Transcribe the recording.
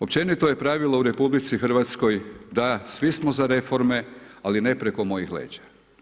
Općenito je pravilo u RH da svi smo za reforme ali ne preko mojih leđa.